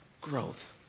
growth